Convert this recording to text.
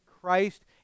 Christ